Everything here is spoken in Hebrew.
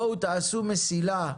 בואו תעשו מסילה,